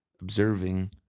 observing